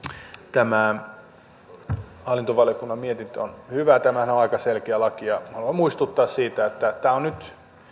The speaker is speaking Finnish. tämä hallintovaliokunnan mietintö on hyvä tämähän on aika selkeä laki ja haluan muistuttaa siitä että tämä on nyt